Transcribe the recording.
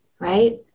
Right